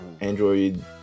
Android